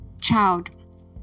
child